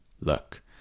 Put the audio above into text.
look